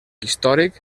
històric